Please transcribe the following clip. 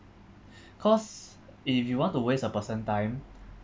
cause if you want to waste a person time